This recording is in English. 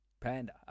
Panda